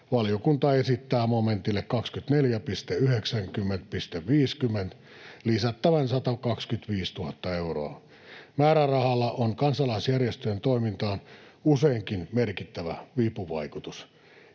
valiokunta esittää momentille 24.90.50 lisättävän 125 000 euroa. Määrärahalla on kansalaisjärjestöjen toimintaan useinkin merkittävä vipuvaikutus,